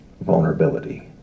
vulnerability